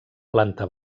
planta